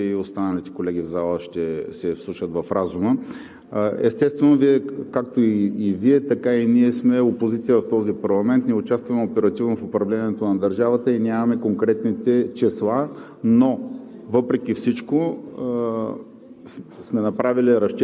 Благодаря Ви и за предварително декларираната подкрепа. Надявам се, че и останалите колеги в залата ще се вслушат в разума. Естествено, както Вие, така и ние сме опозиция в този парламент – не участваме оперативно в управлението на държавата и нямаме конкретните числа.